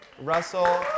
Russell